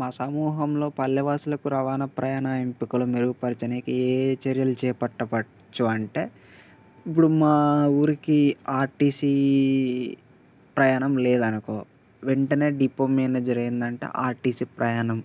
మా సమూహంలో పల్లె వాసులకు రవాణా ప్రయాణ ఎంపికలు మెరుగుపరిచడానికి ఏ చర్యలు చేపట్టవచ్చు అంటే ఇప్పుడు మా ఊరికి ఆర్టీసీ ప్రయాణం లేదనుకో వెంటనే డిపో మేనేజర్ ఏంటంటే ఆర్టీసీ ప్రయాణం